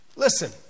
Listen